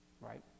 right